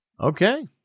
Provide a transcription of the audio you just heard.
Okay